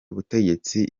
butegetsi